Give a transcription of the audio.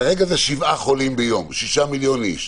כרגע 7 חולים ביום, 6 מיליון איש,